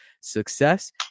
success